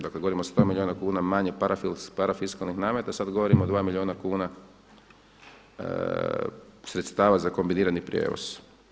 Dakle govorim o sto milijuna kuna manje parafiskalnih nameta, sada govorimo o dva milijuna kuna sredstava za kombinirani prijevoz.